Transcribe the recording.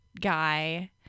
guy